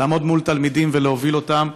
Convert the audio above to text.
בלעמוד מול תלמידים ולהוביל אותם.